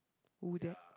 who that